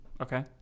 okay